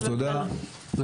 נשמע את יאיר, בבקשה.